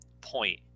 point